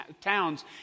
towns